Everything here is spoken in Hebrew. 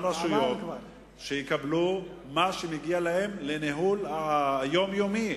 רשויות יקבלו מה שמגיע להן לניהול היומיומי,